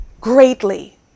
greatly